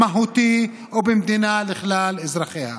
דמוקרטי מהותי במדינה של כלל אזרחיה.